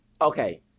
Okay